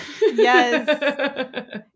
Yes